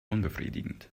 unbefriedigend